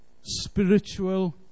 spiritual